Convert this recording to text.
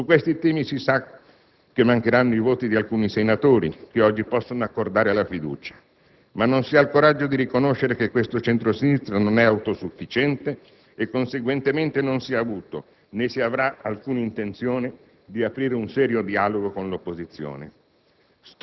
Su questi temi si sa che mancheranno i voti di alcuni senatori che oggi possono accordare la fiducia, ma non si ha il coraggio di riconoscere che questo centro-sinistra non è autosufficiente e, conseguentemente, non si è avuto, né si avrà, alcuna intenzione di aprire un serio dialogo con l'opposizione.